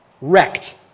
wrecked